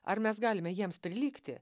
ar mes galime jiems prilygti